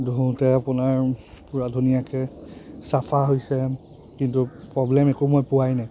ধুওঁতে আপোনাৰ পূৰা ধুনীয়াকৈ চাফা হৈছে কিন্তু প্ৰব্লেম একো মই পোৱাই নাই